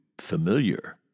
familiar